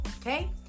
okay